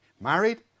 married